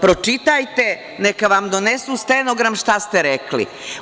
Pročitajte, neka vam donesu stenogram šta ste rekli.